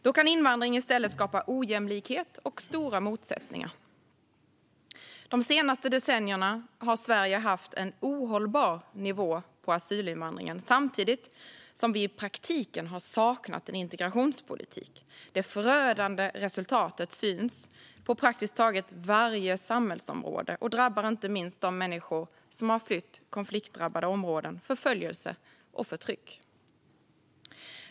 Då kan invandring i stället skapa ojämlikhet och stora motsättningar. De senaste decennierna har Sverige haft en ohållbar nivå på asylinvandringen, samtidigt som vi i praktiken saknat integrationspolitik. Det förödande resultatet syns på praktiskt taget varje samhällsområde och drabbar inte minst de människor som flytt konfliktdrabbade områden, förföljelse och förtryck.